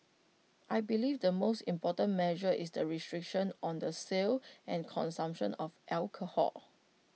I believe the most important measure is the restriction on the sale and consumption of alcohol